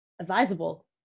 advisable